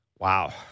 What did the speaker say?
Wow